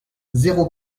zéro